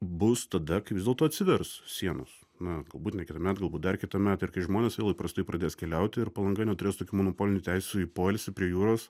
bus tada kai vis dėlto atsivers sienos na galbūt ne kitąmet galbūt dar kitąmet ir kai žmonės vėl įprastai pradės keliauti ir palanga neturės tokių monopolinių teisių į poilsį prie jūros